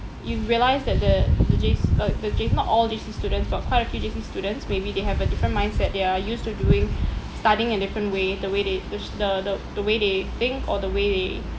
you realised that the the Js uh the Js not all J_C students but quite a few J_C students maybe they have a different mindset they are used to doing studying in different way the way they does the the the the way they think or the way they